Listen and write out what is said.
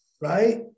Right